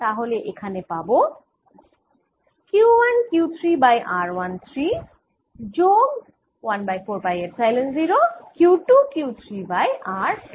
তাহলে এখানে পাবো Q1Q3 বাই r13 যোগ 1 বাই 4 পাই এপসাইলন 0 Q2Q3 বাই r23